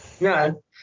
no